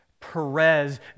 Perez